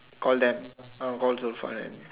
call them I want to call Joshua and